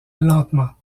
lentement